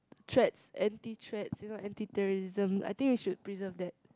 threats anti threats you know anti terrorism I think we should preserve that